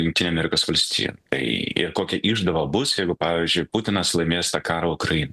jungtinių amerikos valstijų tai ir kokia išdava bus jeigu pavyzdžiui putinas laimės tą karą ukrai